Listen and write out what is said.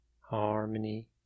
harmony